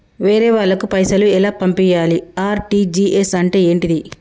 వేరే వాళ్ళకు పైసలు ఎలా పంపియ్యాలి? ఆర్.టి.జి.ఎస్ అంటే ఏంటిది?